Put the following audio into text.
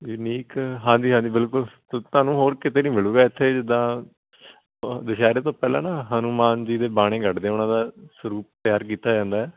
unique ਹਾਂਜੀ ਹਾਂਜੀ ਬਿਲਕੁਲ ਤੁਹਾਨੂੰ ਹੋਰ ਕਿਤੇ ਨਹੀਂ ਮਿਲੂਗਾ ਇੱਥੇ ਜਿੱਦਾਂ ਦੁਪਹਿਰੇ ਤੋਂ ਪਹਿਲਾ ਨਾ ਹਨੂਮਾਨ ਜੀ ਦੀ ਬਾਣੀ ਕੱਢਦੇ ਉਨ੍ਹਾਂ ਦਾ ਸਰੂਪ ਤਿਆਰ ਕੀਤਾ ਜਾਂਦਾ ਹੈ